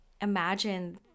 imagine